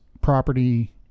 property